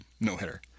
no-hitter